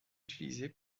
utilisé